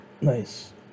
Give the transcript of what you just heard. Nice